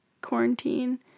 quarantine